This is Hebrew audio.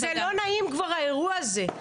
זה לא נעים כבר, האירוע הזה.